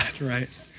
right